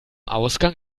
ausgang